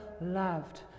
loved